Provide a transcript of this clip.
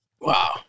Wow